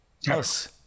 Yes